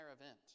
event